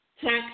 tax